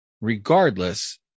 regardless